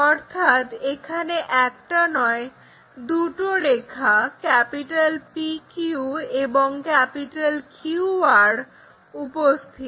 অর্থাৎ এখানে একটা নয় দুটো রেখা PQ এবং QR উপস্থিত